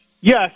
Yes